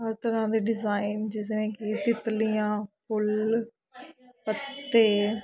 ਹਰ ਤਰ੍ਹਾਂ ਦੇ ਡਿਜ਼ਾਈਨ ਜਿਵੇਂ ਕਿ ਤਿਤਲੀਆਂ ਫੁੱਲ ਪੱਤੇ